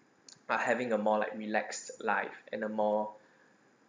but having a more like relaxed life and a more